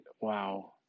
Wow